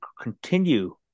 continue